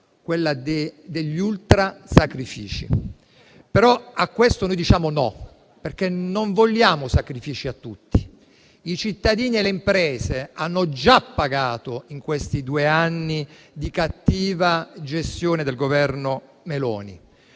quella degli ultrasacrifici. A questo noi diciamo no, perché non vogliamo sacrifici per tutti. I cittadini e le imprese hanno già pagato in questi due anni di cattiva gestione del Governo Meloni.